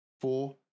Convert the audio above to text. Four